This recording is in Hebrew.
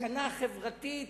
סכנה חברתית,